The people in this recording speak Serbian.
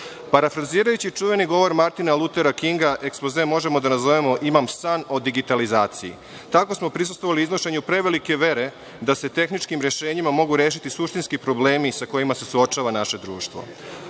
Parafrazirajući čuveni govor Martina Lutera Kinga, ekspoze možemo da nazovemo – imam san o digitalizaciji. Tako smo prisustvovali iznošenju prevelike vere da se tehničkim rešenjima mogu rešiti suštinski problemi sa kojima se suočava naše društvo. Osnovno